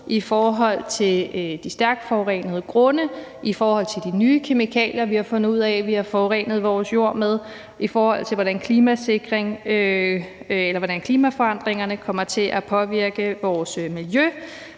i forhold til de stærkt forurenede grunde, i forhold til de nye kemikalier, vi har fundet ud af vi har forurenet vores jord med, i forhold til hvordan klimaforandringerne kommer til at påvirke vores miljø,